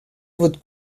vote